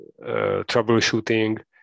troubleshooting